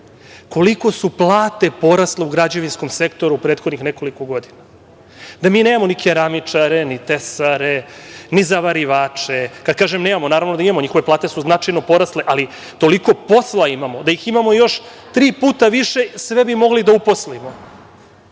koliko su plate porasle u građevinskom sektoru u prethodnih nekoliko godina i da mi nemamo ni keramičare, ni tesare, ni zavarivače. Kad kažem nemamo, naravno da imamo, njihove plate su značajno porasle ali toliko posla imamo da ih imamo još tri puta više sve bi mogli da uposlimo. To